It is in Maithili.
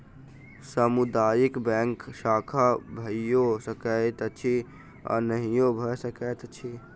सामुदायिक बैंकक शाखा भइयो सकैत अछि आ नहियो भ सकैत अछि